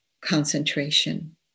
concentration